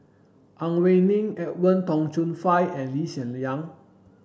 Ang Wei Neng Edwin Tong Chun Fai and Lee Hsien Yang